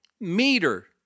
meter